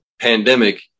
pandemic